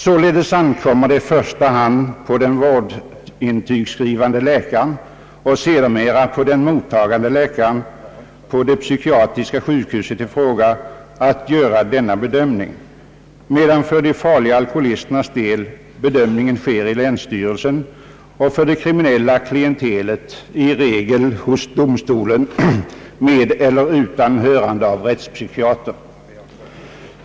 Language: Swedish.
Således ankommer det i första hand på den vårdintygsskrivande läkaren och sedermera på den mottagande läkaren på det psykiatriska sjukhuset i fråga att göra denna bedömning, medan för de farliga alkoholisternas del bedömningen sker i länsstyrelsen och för det kriminella klientelet i regel hos domstolen med eller utan hörande av rättspsykiater.